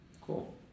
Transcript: Cool